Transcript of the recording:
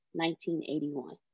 1981